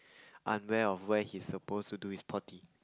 unaware of where he is supposed to do his potty